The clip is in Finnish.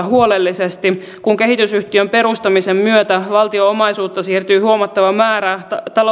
huolellisesti kun kehitysyhtiön perustamisen myötä valtion omaisuutta siirtyy huomattava määrä